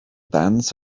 bands